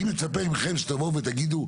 אני מצפה מכם שתבואו ותגידו,